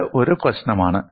ഇത് ഒരു പ്രശ്നമാണ്